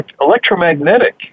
electromagnetic